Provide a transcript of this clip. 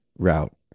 route